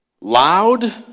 loud